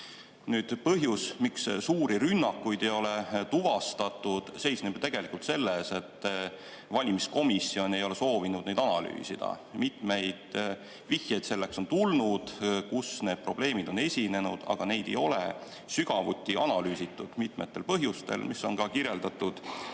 Põhjus, miks suuri rünnakuid ei ole tuvastatud, seisneb aga tegelikult selles, et valimiskomisjon ei ole soovinud neid analüüsida. Mitmeid vihjeid selle kohta on tulnud, kus need probleemid on esinenud, aga neid ei ole sügavuti analüüsitud mitmetel põhjusel, mis on ka kirjeldatud